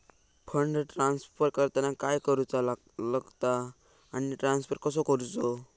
Fund transfer करताना काय करुचा लगता आनी ट्रान्स्फर कसो करूचो?